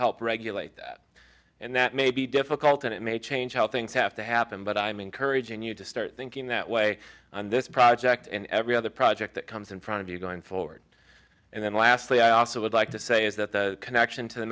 help regulate that and that may be difficult and it may change how things have to happen but i'm encouraging you to start thinking that way on this project and every other project that comes in front of you going forward and then lastly i also would like to say is that the connection to the